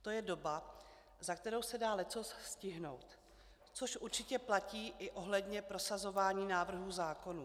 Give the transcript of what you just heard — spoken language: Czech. To je doba, za kterou se dá leccos stihnout, což určitě platí i ohledně prosazování návrhů zákonů.